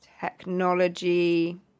technology